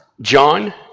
John